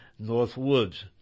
Northwoods